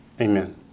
Amen